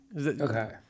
Okay